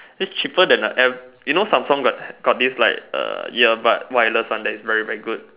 its cheaper than a you know Samsung got got this like a ear bud wireless one that is very very good